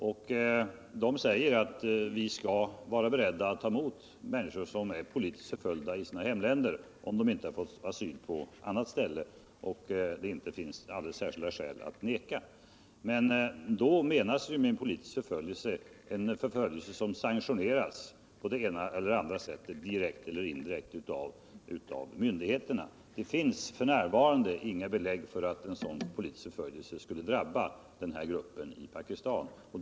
Och de lagarna säger att vi skall vara beredda att ta emot människor, som är politiskt förföljda i sina hemländer, om de inte har fått asyl på annat ställe och om det inte finns alldeles särskilda skäl att neka dem att komma in i vårt land. Men då menas med politisk förföljelse sådan förföljelse som på ena eller andra sättet, direkt eller indirekt, har sanktionerats av myndigheterna. Och det finns f.n. inget belägg för att sådan politisk förföljelse skulle drabba den här aktuella gruppen i Pakistan.